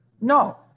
No